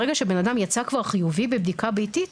ברגע שבן אדם יצא כבר חיובי בבדיקה ביתית,